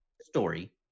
story